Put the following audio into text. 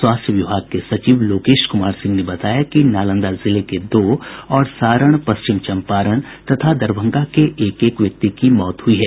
स्वास्थ्य विभाग के सचिव लोकेश कुमार सिंह ने बताया कि नालंदा जिले के दो और सारण पश्चिम चम्पारण तथा दरभंगा के एक एक व्यक्ति की मौत हुई है